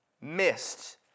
missed